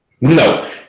No